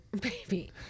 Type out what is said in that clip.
baby